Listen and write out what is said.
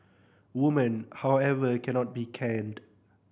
women however cannot be caned